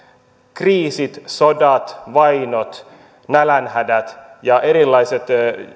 kriisit sodat vainot nälänhädät ja erilaiset